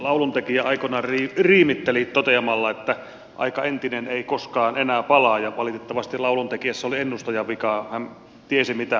lauluntekijä aikoinaan riimitteli toteamalla että aika entinen ei koskaan enää palaa ja valitettavasti lauluntekijässä oli ennustajan vikaa hän tiesi mitä puhui